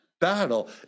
battle